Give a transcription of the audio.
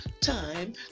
time